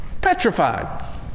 petrified